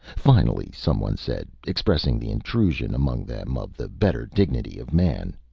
finally someone said, expressing the intrusion among them of the better dignity of man